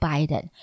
Biden